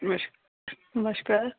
ਨਮਸ਼ ਨਮਸ਼ਕਾਰ